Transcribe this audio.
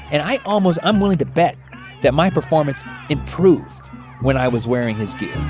and i almost i'm willing to bet that my performance improved when i was wearing his gear